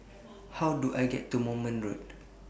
How Do I get to Moulmein Road